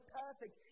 perfect